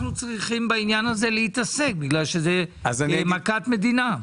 צריכים בעניין הזה להתעסק כי זאת מכת מדינה?